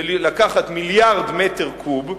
זה לקחת מיליארד מטר קוב,